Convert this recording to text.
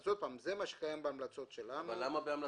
זה מה שקיים בהמלצות שלנו.